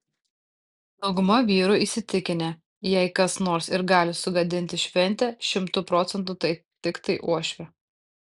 dauguma vyrų įsitikinę jei kas nors ir gali sugadinti šventę šimtu procentų tai tiktai uošvė